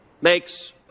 Makes